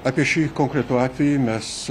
apie šį konkretų atvejį mes